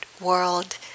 world